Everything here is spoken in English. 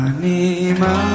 Anima